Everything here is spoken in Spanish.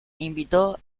invitó